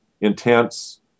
intense